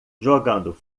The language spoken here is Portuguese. jogando